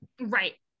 Right